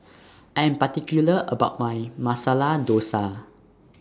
I Am particular about My Masala Dosa